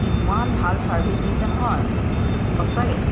ইমান ভাল ছাৰ্ভিচ দিছে নহয় সঁচাকৈ